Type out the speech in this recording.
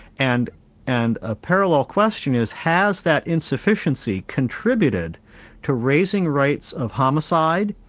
and and a parallel question is, has that insufficiency contributed to raising rates of homicide,